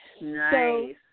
Nice